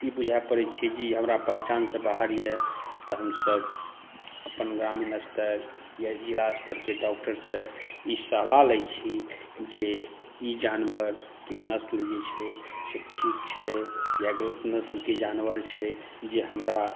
ई बुझा पड़ै छै जे ई हमरा पहचानसँ बाहर अइ तऽ हमसभ अपन ग्रामीण स्तर या जिलास्तरके डॉक्टरसँ ई सलाह लै छी जे ई जानवरके नस्ल जे छै से ठीक छै या गलत नस्लके जानवर छै जे हमरा